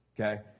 okay